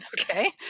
okay